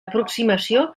aproximació